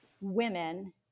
women